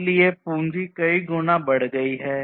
इसलिए पूंजी कई गुना बढ़ गई है